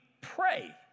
pray